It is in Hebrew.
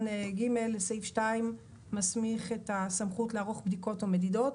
(ג) לסעיף (2) מסדיר את הסמכות לערוך בדיקות או מדידות.